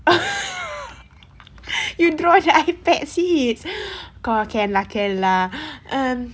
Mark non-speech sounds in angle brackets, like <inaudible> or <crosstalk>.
<laughs> you draw the ipad sis or can lah can lah mm